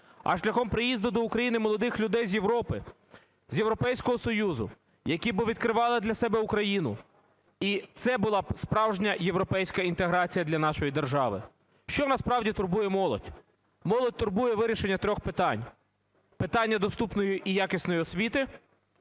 а шляхом приїзду до України молодих людей з Європи, з Європейського Союзу, які би відкривали для себе Україну, і це була б справжня європейська інтеграція для нашої держави. Що насправді турбує молодь? Молодь турбує вирішення трьох питань: питання доступної і якісної освіти,